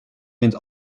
wint